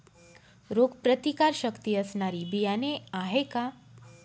रोगप्रतिकारशक्ती असणारी बियाणे आहे का?